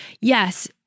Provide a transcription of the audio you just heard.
yes